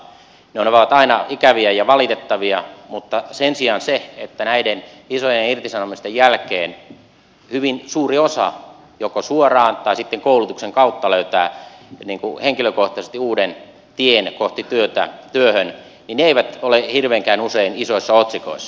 ne ovat aina ikäviä ja valitettavia mutta sen sijaan se että näiden isojen irtisanomisten jälkeen hyvin suuri osa joko suoraan tai sitten koulutuksen kautta löytää henkilökohtaisesti uuden tien työhön ei ole hirveänkään usein isoissa otsikoissa